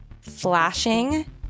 flashing